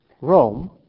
Rome